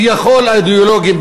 כביכול אידיאולוגיים,